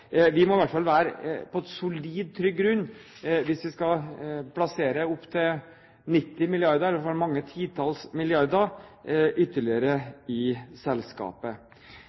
Vi må i hvert fall være på solid, trygg grunn hvis vi skal plassere opptil 90 mrd. kr – iallfall mange titalls milliarder ytterligere – i selskapet.